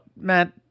Matt